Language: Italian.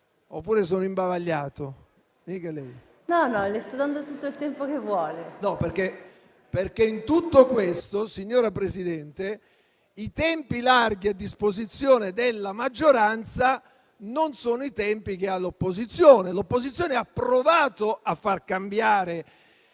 oppure sono imbavagliato? PRESIDENTE. Le sto dando tutto il tempo che vuole. BOCCIA *(PD-IDP)*. In tutto questo, signora Presidente, i tempi larghi a disposizione della maggioranza non sono i tempi che ha l'opposizione. L'opposizione ha provato a far cambiare